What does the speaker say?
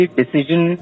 decision